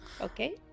Okay